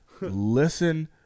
listen